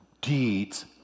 Deeds